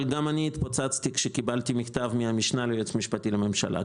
אבל גם אני התפוצצתי כשקיבלתי מכתב מהמשנה ליועץ המשפטי לממשלה.